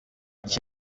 iki